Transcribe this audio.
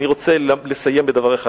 אני רוצה לסיים בדבר אחד.